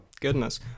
Goodness